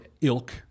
ilk